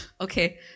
Okay